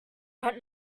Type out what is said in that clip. but